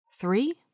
Three